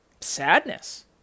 sadness